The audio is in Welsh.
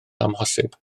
amhosib